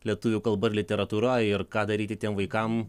lietuvių kalba ir literatūra ir ką daryti tiem vaikam